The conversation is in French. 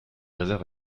réserve